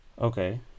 Okay